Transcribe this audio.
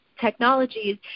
technologies